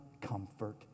comfort